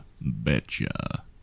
betcha